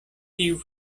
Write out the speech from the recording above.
tiu